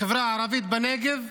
החברה הערבית בנגב.